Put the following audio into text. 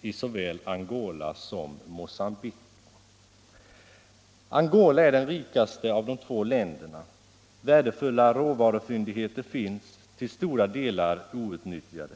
i såväl Angola som Mogambique. Angola är den rikaste av de två länderna, värdefulla råvarufyndigheter finns, till stora delar outnyttjade.